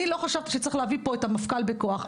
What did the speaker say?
אני לא חשבתי שצריך להביא לפה את המפכ"ל בכוח,